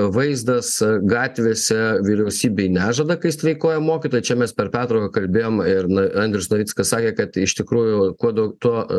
vaizdas gatvėse vyriausybei nežada kai streikuoja mokytojai čia mes per pertrauką kalbėjom ir na andrius navickas sakė kad iš tikrųjų kuo dau tuo